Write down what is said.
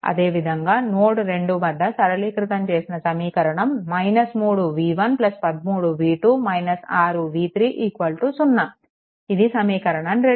అదేవిధంగా నోడ్2 వద్ద సరళీకృతం చేసిన సమీకరణం 3v1 13v2 6v3 0 ఇది సమీకరణం 2